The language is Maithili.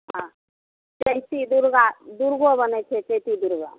हँ चैती दुर्गा दुर्गो बनै छै चैती दुर्गा